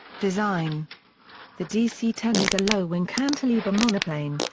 design the dc ten is a low-wing cantilever monoplane,